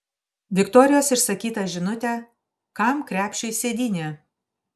viktorijos išsakytą žinutę kam krepšiui sėdynė